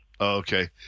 Okay